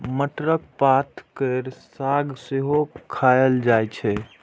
मटरक पात केर साग सेहो खाएल जाइ छै